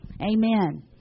Amen